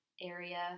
area